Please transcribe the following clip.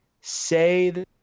say